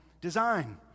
design